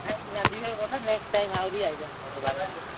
ଖାଇକିନା ଯିବେ ବୋଲେ ନେକ୍ସଟ୍ ଟାଇମ୍ ଆହୁରି ଆସିବେ ଆମ ଦୋକାନରେ